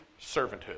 servanthood